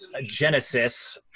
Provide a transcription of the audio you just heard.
genesis